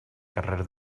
carrer